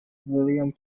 williams